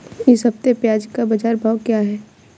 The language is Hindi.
इस हफ्ते प्याज़ का बाज़ार भाव क्या है?